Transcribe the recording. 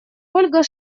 ольга